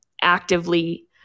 actively